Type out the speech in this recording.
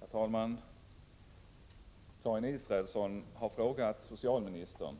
Herr talman! Karin Israelsson har frågat socialministern